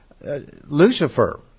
Lucifer